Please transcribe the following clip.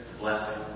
blessing